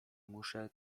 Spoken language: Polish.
muszę